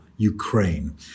Ukraine